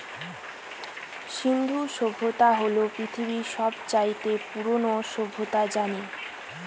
সিন্ধু সভ্যতা হল পৃথিবীর সব চাইতে পুরোনো সভ্যতা জানি